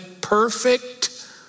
perfect